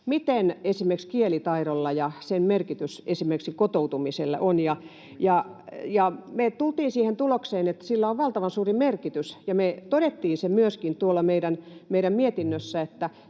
merkitys esimerkiksi kielitaidolla on esimerkiksi kotoutumiselle. Me tultiin siihen tulokseen, että sillä on valtavan suuri merkitys, ja me todettiin se myöskin meidän mietinnössä,